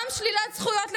גם שלילת זכויות לנשים.